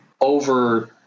over